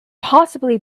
possibly